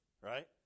right